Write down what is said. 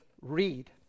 read